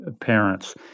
parents